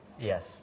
Yes